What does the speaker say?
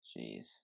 Jeez